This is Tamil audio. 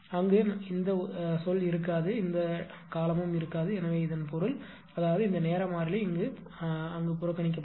அங்கு இந்த சொல் இருக்காது இந்த காலமும் இருக்காது எனவே இதன் பொருள் அதாவது இந்த நேர மாறிலி புறக்கணிக்கப்படும்